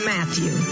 Matthew